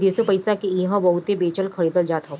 विदेशी पईसा के इहां बहुते बेचल खरीदल जात हवे